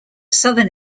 southern